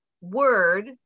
word